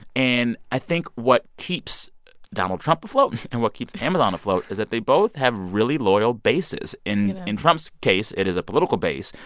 and i think what keeps donald trump afloat and what keep amazon afloat is that they both have really loyal bases. in in trump's case, it is a political base,